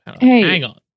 Hey